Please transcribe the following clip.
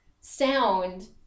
sound